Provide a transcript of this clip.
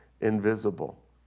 invisible